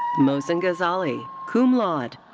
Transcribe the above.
mohsin ghazali, cum laude.